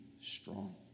strong